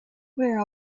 where